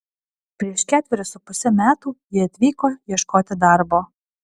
prieš ketverius su puse metų ji atvyko ieškoti darbo